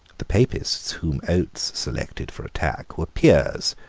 the papists whom oates selected for attack were peers,